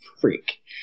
freak